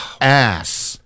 ass